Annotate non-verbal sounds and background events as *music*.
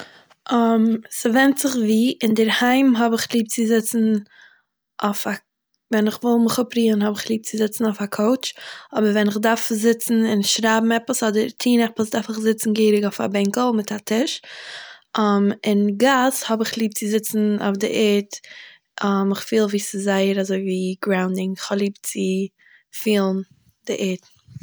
*hesitation* ס'ווענדט זיך ווי; אינדערהיים האב איך ליב צו זיצן אויף א- ווען איך וויל מיך אפרוהען האב איך ליב צו זיצן אויף א קאוטש, אבער ווען איך דארף זיצן און שרייבן עפעס אדער טוהן עפעס, דארף איך זיצן געהעריג אויף א בענקל, און מיט א טיש, *hesitation* און אין גאס האב איך ליב צו זיצן אויף דער ערד, *hesitation* איך פיל ווי ס'איז זייער אזויווי גראונדינג, כ'האב ליב צו פילן די ערד